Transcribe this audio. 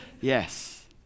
yes